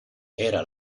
era